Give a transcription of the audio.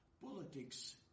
Politics